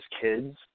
kids